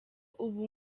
ubu